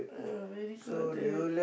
uh very crowded